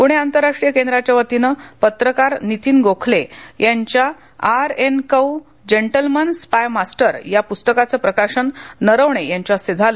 पुणे अंतरराष्ट्रीय केंद्रांच्या वतीने पत्रकार नितीन गोखले यांच्या R N Kao gentleman spy master या प्स्तकाचं प्रकाशन नरवणे यांच्या हस्ते झाल